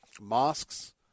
mosques